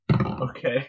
Okay